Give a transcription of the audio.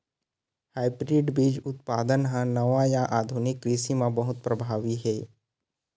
hybrid बीज उत्पादन हा नवा या आधुनिक कृषि मा बहुत प्रभावी हे